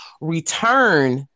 return